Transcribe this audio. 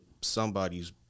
somebody's